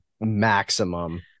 maximum